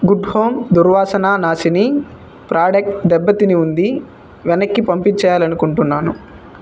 good home దుర్వాసన నాశిని product దెబ్బ తిని ఉంది వెనక్కి పంపించేయాలని అనుకుంటున్నాను